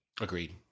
Agreed